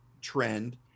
trend